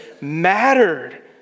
mattered